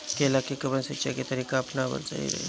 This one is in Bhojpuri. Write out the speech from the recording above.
केला में कवन सिचीया के तरिका अपनावल सही रही?